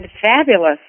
fabulous